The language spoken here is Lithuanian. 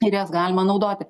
ir jas galima naudoti